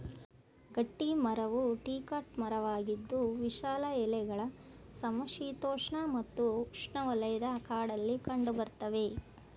ಗಟ್ಟಿಮರವು ಡಿಕಾಟ್ ಮರವಾಗಿದ್ದು ವಿಶಾಲ ಎಲೆಗಳ ಸಮಶೀತೋಷ್ಣ ಮತ್ತು ಉಷ್ಣವಲಯದ ಕಾಡಲ್ಲಿ ಕಂಡುಬರ್ತವೆ